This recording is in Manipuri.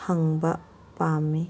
ꯍꯪꯕ ꯄꯥꯝꯏ